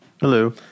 Hello